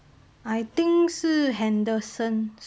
I think 是 henderson school